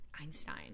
Einstein